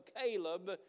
Caleb